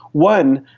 one,